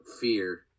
Fear